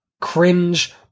cringe